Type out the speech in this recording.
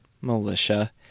militia